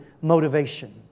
motivation